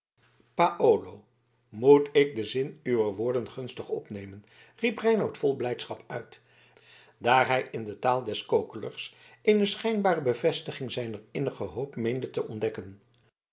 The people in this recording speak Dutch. paolo moet ik den zin uwer woorden gunstig opnemen riep reinout vol blijdschap uit daar hij in de taal des kokelers eene schijnbare bevestiging zijner innige hoop meende te ontdekken